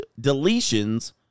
deletions